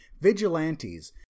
Vigilantes